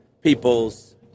people's